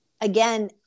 again